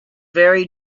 very